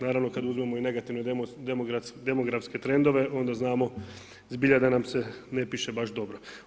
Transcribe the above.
Naravno kada uzmemo i negativne demografske trendove onda znamo zbilja da nam se ne piše baš dobro.